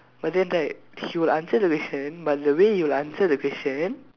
but then right he will answer the question but the way he'll answer the question